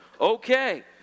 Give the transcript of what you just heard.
okay